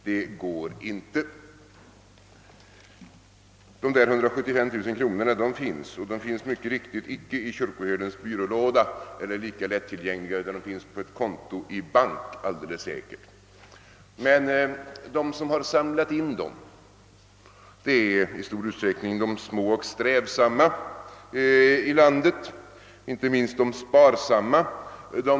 De 175 000 kronorna finns, men de finns mycket riktigt inte i kyrkoherdens byrålåda, utan är alldeles säkert insatta i en bank. De personer som skänkt dessa pengar tillhör i stor utsträckning de små och strävsamma i landet, och inte minst de sparsamma.